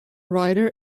rider